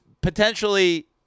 potentially